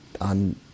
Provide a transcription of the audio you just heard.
on